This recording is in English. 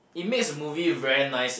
it makes movie very nice